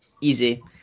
Easy